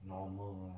normal lor